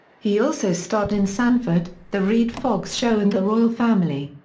he also starred in sanford, the redd foxx show and the royal family.